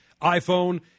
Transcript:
iPhone